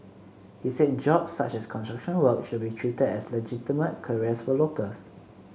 he said jobs such as construction work should be treated as legitimate careers for locals